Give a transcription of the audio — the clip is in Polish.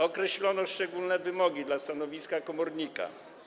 Określono szczególne wymogi dla stanowiska komornika.